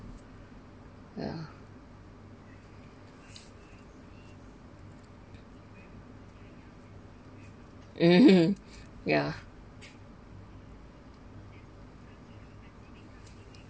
ya mmhmm yeah